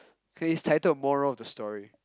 K it's titled Moral of the Story